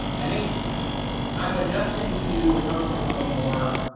i think i'm adjusting to work from home more,